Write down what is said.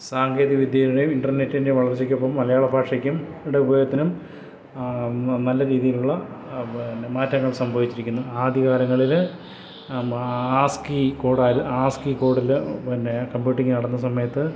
സാങ്കേതിക വിദ്യയുടെയും ഇൻ്റർനെറ്റിൻ്റെയും വളർച്ചക്കൊപ്പം മലയാള ഭാഷക്കും യുടെ ഉപയോഗത്തിനും നല്ല രീതിയിൽ ഉള്ള പിന്നെ മാറ്റങ്ങൾ സംഭവിച്ചിരിക്കുന്നു ആദ്യകാലങ്ങളില് മാസ്കി കോഡാണ് ആസ്കി കോഡില് പിന്നെ കമ്പ്യൂട്ടിങ് നടന്ന സമയത്ത്